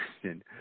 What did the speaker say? question